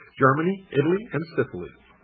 germany, italy, and sicily.